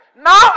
now